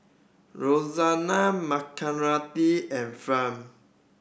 Rozella Margaretta and